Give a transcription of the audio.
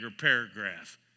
paragraph